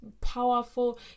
powerful